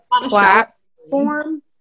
platform